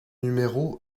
numéro